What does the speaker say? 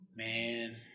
Man